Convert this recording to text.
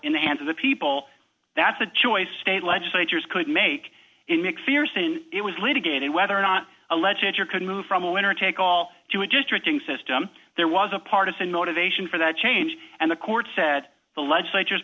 in the hands of the people that's the choice state legislatures could make it macpherson it was litigated whether or not a legit you could move from a winner take all to a just rating system there was a partisan motivation for that change and the court said the legislatures